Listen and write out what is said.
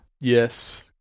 Yes